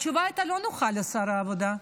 התשובה הייתה לא נוחה לשר העבודה.